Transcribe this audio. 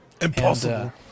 Impossible